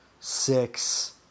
six